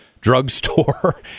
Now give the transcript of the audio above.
Drugstore